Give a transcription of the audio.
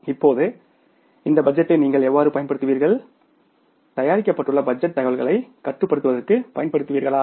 இப்போது இந்த பட்ஜெட்டை நீங்கள் எவ்வாறு பயன்படுத்துவீர்கள் தயாரிக்கப்பட்டுள்ள பட்ஜெட் தகவல்களைக் கட்டுப்படுத்துவதற்குப் பயன்படுத்துவீர்களா